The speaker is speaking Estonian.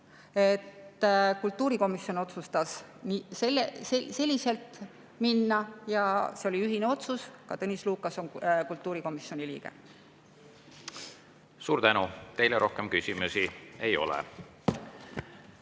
Kultuurikomisjon otsustas minna sellist [teed] ja see oli ühine otsus. Ka Tõnis Lukas on kultuurikomisjoni liige. Suur tänu! Teile rohkem küsimusi ei ole.